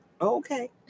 Okay